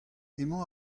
emañ